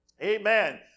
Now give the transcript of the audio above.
Amen